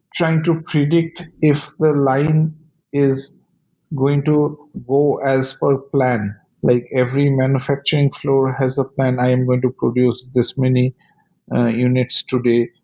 trying to predict if the line is going to go as ah planned, like every manufacturing floor has a plan i am going to produce this many units today,